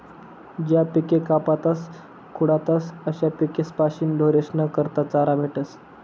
ज्या पिके कापातस खुडातस अशा पिकेस्पाशीन ढोरेस्ना करता चारा भेटस